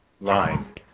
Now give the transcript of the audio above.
Line